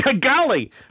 Golly